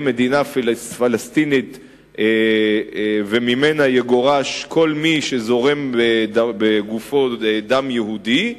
מדינה פלסטינית ויגורש ממנה כל מי שזורם בגופו דם יהודי,